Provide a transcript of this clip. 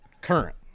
current